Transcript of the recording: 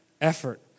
effort